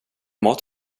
mat